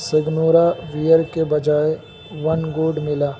Signora where کے بجائے ون گوڈ ملا